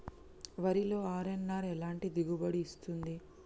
వరిలో అర్.ఎన్.ఆర్ ఎలాంటి దిగుబడి ఇస్తుంది?